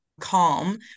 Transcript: Calm